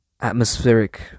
atmospheric